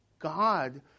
God